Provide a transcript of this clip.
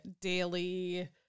daily